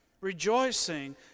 rejoicing